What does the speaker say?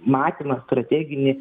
matymą strateginį